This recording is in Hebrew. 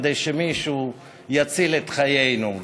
כדי שמישהו יציל את חיינו,